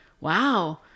wow